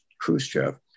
Khrushchev